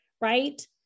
right